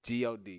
god